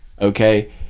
Okay